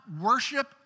worship